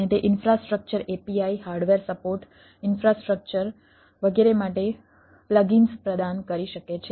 અને તે infrastructure API hardware support પ્રદાન કરી શકે છે